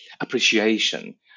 appreciation